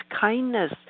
kindness